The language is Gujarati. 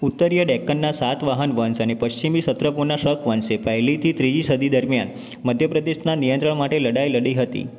ઉત્તરીય ડેક્કનના સાતવાહન વંશ અને પશ્ચિમી સત્રપોના શક વંશે પહેલીથી ત્રીજી સદી દરમિયાન મધ્યપ્રદેશના નિયંત્રણ માટે લડાઈ લડી હતી